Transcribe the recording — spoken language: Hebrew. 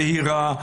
זהירה,